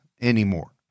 anymore